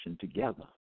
together